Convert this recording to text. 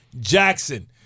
Jackson